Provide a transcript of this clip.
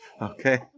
Okay